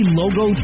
logo